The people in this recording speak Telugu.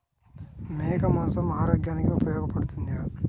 మేక మాంసం ఆరోగ్యానికి ఉపయోగపడుతుందా?